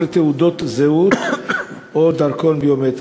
לתעודות זהות ביומטריות או לדרכון ביומטרי.